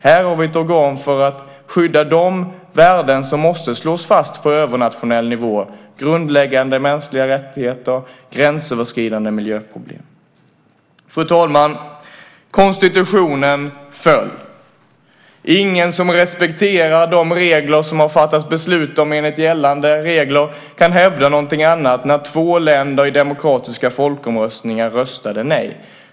Här har vi ett organ för att skydda de värden som måste slås fast för övernationell nivå - grundläggande mänskliga rättigheter och gränsöverskridande miljöproblem. Fru talman! Konstitutionen föll. Ingen som respekterar de regler som det har fattats beslutat om enligt gällande regler kan hävda någonting annat när två länder i demokratiska folkomröstningar röstade nej.